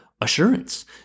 assurance